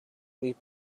leap